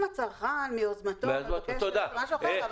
אם הצרכן מיוזמתו מבקש, זה משהו אחר.